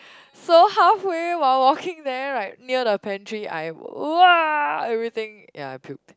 so halfway while walking there right near the pantry I !wah! everything ya I puked